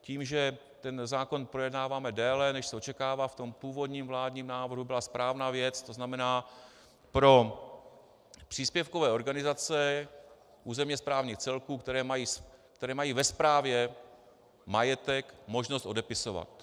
Tím, že ten zákon projednáváme déle, než se očekávalo v tom původním vládním návrhu byla správná věc, to znamená, pro příspěvkové organizace územně správních celků, které mají ve správě majetek, možnost odepisovat.